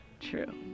true